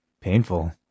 painful